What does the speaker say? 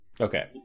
Okay